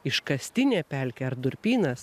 iškastinė pelkė ar durpynas